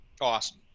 awesome